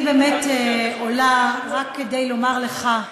אני באמת עולה רק כדי לומר לך,